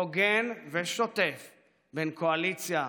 הוגן ושוטף בין קואליציה